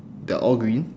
they're all green